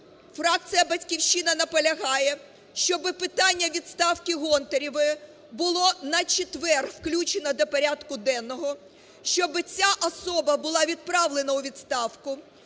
фракція "Батьківщина" наполягає, щоб питання відставки Гонтаревої було на четвер включено до порядку денного, щоб ця особа була відправлена у відставку,